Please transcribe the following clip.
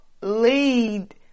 lead